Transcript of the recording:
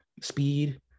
speed